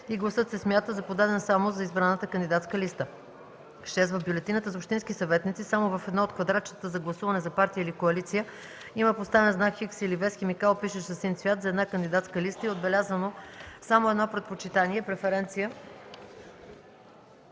и гласът се смята за подаден само за избраната кандидатска листа; 6. в бюлетината за общински съветници само в едно от квадратчетата за гласуване за партия или коалиция има поставен знак „Х” или „V” с химикал, пишещ със син цвят, за една кандидатска листа, и е отбелязано само едно предпочитание (преференция),